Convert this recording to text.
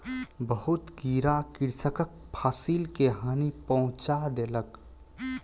बहुत कीड़ा कृषकक फसिल के हानि पहुँचा देलक